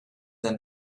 and